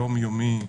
יומיומי,